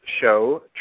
show